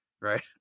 right